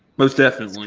most definitely.